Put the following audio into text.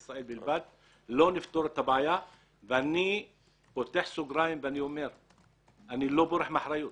אני פותח סוגריים ואומר שאני לא בורח מאחריות.